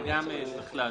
אני גם צריך לעזוב.